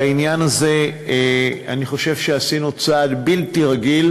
בעניין הזה אני חושב שעשינו צעד בלתי רגיל